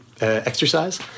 exercise